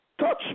touch